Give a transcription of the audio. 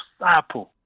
SAPO